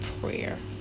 prayer